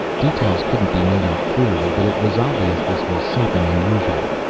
details couldn't be made out clearly, but it was obvious this was something unusual.